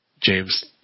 James